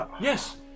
yes